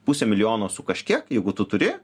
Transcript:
pusę milijono su kažkiek jeigu tu turi